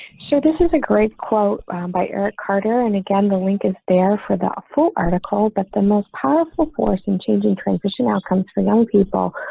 sure. this is a great quote um by eric carter. and again, the link is there for the ah full article, but the most powerful force in changing transition outcomes for young people.